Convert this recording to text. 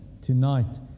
tonight